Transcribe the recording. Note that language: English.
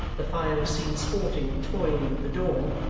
the fire was seen sporting and toying with the door,